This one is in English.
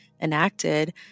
enacted